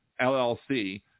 LLC